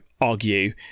argue